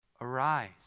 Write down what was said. Arise